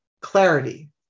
Clarity